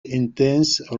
intense